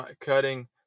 cutting